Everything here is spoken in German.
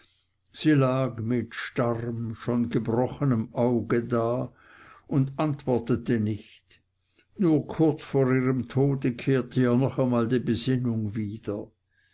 sie lag mit starrem schon gebrochenen auge da und antwortete nicht nur kurz vor ihrem tode kehrte ihr noch einmal die besinnung wieder